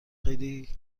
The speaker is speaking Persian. خیلی